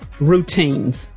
routines